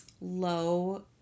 low